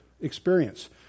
experience